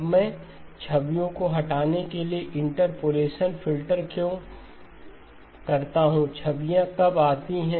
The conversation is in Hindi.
अब मैं छवियों को हटाने के लिए इंटरपोलेशन फ़िल्टर क्यों करता हूं छवियां कब आती हैं